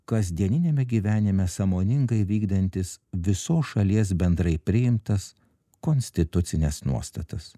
kasdieniniame gyvenime sąmoningai vykdantis visos šalies bendrai priimtas konstitucines nuostatas